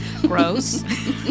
Gross